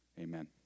amen